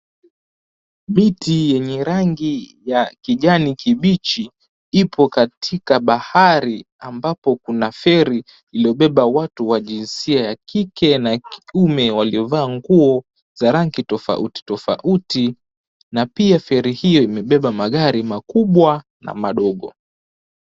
Miti yenye rangi ya kijani kibichi ipo katika bahari ambapo kuna ferry iliyobeba watu wa jinsia ya kike na kiume waliovaa nguo za rangi tofauti tofauti na pia ferry hiyo imebeba magari makubwa na madogo.